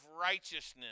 righteousness